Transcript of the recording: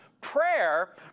prayer